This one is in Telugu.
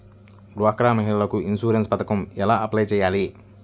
డ్వాక్రా మహిళలకు ఇన్సూరెన్స్ పథకం ఎలా అప్లై చెయ్యాలి?